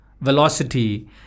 velocity